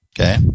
okay